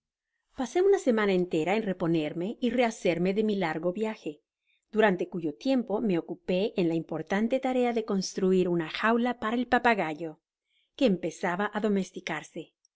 pasé una semana entera en reponerme y rehacerme de mi largo viaje durante cuyo tiempo me ocupé en la importante tarea de construir una jaula para el papagayo que empezaba á domesticarse